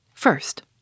First